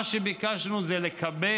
מה שביקשנו זה לקבע